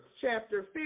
chapter